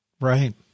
Right